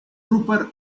trooper